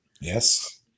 Yes